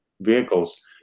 vehicles